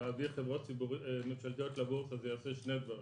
להביא חברות ממשלתיות לבורסה זה יעשה שני דברים.